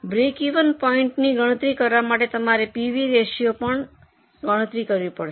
breakeven પોઇન્ટની ગણતરી કરવા માટે તમારે પીવી રેશિયોની પણ ગણતરી કરવી પડશે